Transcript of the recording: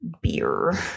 beer